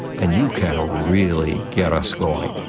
and you can really get us going.